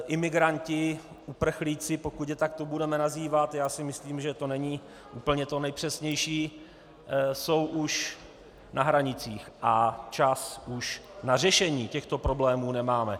Imigranti, uprchlíci, pokud je tak budeme nazývat, já si myslím, že to není úplně to nejpřesnější, jsou už na hranicích a čas už na řešení těchto problémů nemáme.